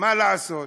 מה לעשות?